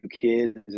kids